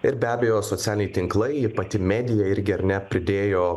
ir be abejo socialiniai tinklai pati medija irgi ar ne pridėjo